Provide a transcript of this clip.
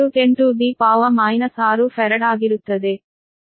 677 10 6 farad ಆಗಿರುತ್ತದೆ